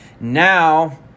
Now